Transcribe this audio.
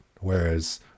whereas